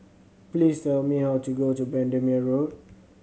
please tell me how to go to Bendemeer Road